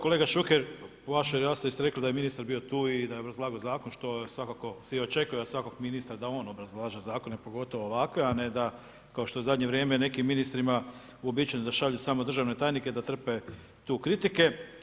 Kolega Šuker, u vašoj raspravi ste rekli da je ministar bio tu i da je obrazlagao zakon, što od svakako svi očekuju od svakog ministra da on obrazlaže zakone pogotovo ovakve, a ne da kao što je u zadnje vrijeme nekim ministrima uobičajeno da šalju samo državne tajnike da trpe tu kritike.